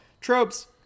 tropes